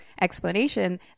explanation